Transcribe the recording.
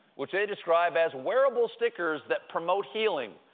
which they describe as wearable stickers that promote healing.